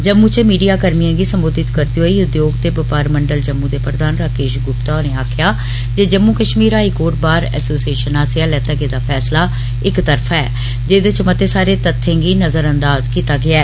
जम्मू च मीडिया कर्मिए गी सम्बोधित करदे होई उद्योग ते बपार मंडल जम्मू दे प्रधान राकेश गुप्ता होरे आक्खेआ जे Jammu Kashmir high court bar association आस्सेआ लैता गेआ फैसला इक तरफा ऐ जेदे च मते सारे तथ्यें गी नजरअंदाज कीता गेदा ऐ